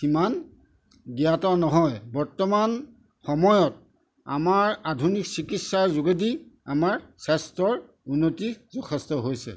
সিমান জ্ঞাত নহয় বৰ্তমান সময়ত আমাৰ আধুনিক চিকিৎসাৰ যোগেদি আমাৰ স্বাস্থ্যৰ উন্নতি যথেষ্ট হৈছে